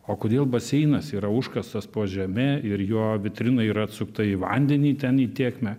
o kodėl baseinas yra užkastas po žeme ir jo vitrina yra atsukta į vandenį ten į tėkmę